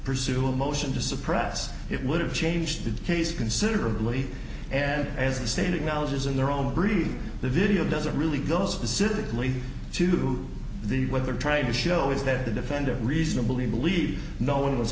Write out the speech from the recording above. pursue a motion to suppress it would have changed the case considerably and as a saving knowledge is in their own brief the video doesn't really go specifically to the what they're trying to show is that the defendant reasonably believe no one was